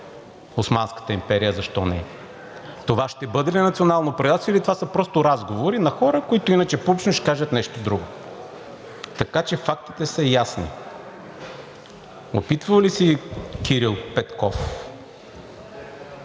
Османската империя – защо не, това ще бъде ли национално предателство, или това са просто разговори на хора, които иначе публично ще кажат нещо друго?! Така че фактите са ясни. Опитвал ли се е Кирил Петков